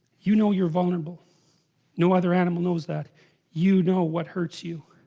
you know, you're vulnerable no other animal knows that you know what hurts you?